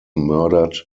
murdered